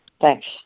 Thanks